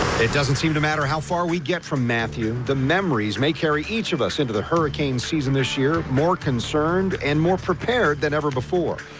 it doesn't seem to matter how far we get from matthew, the memories may carry each of us into the hurricane season this year. more concerned and more prepared than ever before.